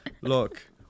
look